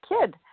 kid